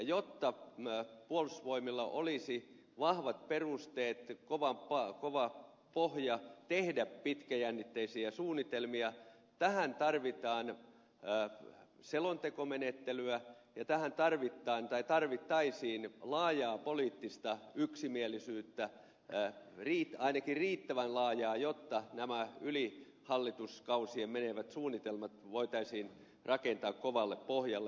jotta puolustusvoimilla olisi vahvat perusteet kova pohja tehdä pitkäjännitteisiä suunnitelmia tähän tarvitaan selontekomenettelyä ja tähän tarvittaisiin laajaa poliittista yksimielisyyttä ainakin riittävän laajaa jotta nämä yli hallituskausien menevät suunnitelmat voitaisiin rakentaa kovalle pohjalle